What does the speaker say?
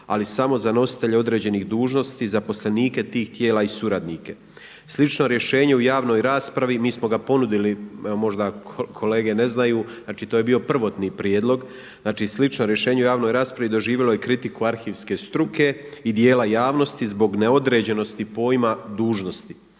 ali samo za nositelje određenih dužnosti, zaposlenike tih tijela i suradnike. Slično rješenje u javnoj raspravi, mi smo ga ponudili možda kolege ne znaju, znači to je bio prvotni prijedlog, znači slično rješenje u javnoj raspravi doživjelo je kritiku arhivske struke i dijela javnosti zbog neodređenosti pojma dužnosnik.